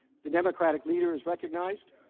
the democratic leader is recognized